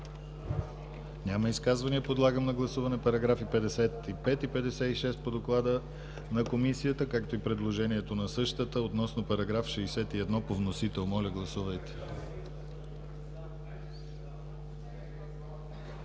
Няма изказвания. Подлагам на гласуване параграфи 55 и 56 по доклада на Комисията, както и предложение на същата относно § 61 по вносител. Моля, гласувайте.